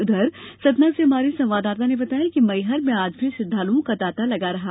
उधर सतना से हमारे संवाददाता ने बताया है कि मैहर में आज भी श्रद्वालुओं का तांता लगा रहा